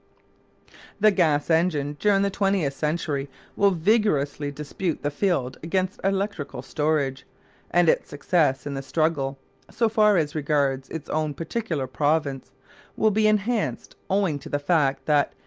the gas-engine during the twentieth century will vigorously dispute the field against electrical storage and its success in the struggle so far as regards its own particular province will be enhanced owing to the fact that,